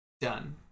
Done